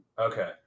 Okay